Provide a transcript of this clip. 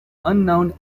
unknown